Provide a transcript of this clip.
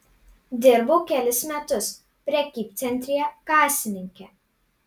dirbau kelis metus prekybcentryje kasininke